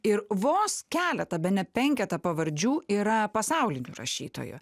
ir vos keletą bene penketą pavardžių yra pasaulinių rašytojų